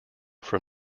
from